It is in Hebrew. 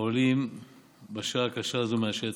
העולים בשעה קשה זו מהשטח.